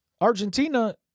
Argentina